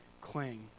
cling